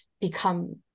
become